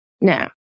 Now